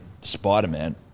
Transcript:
Spider-Man